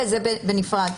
כשזה בנפרד.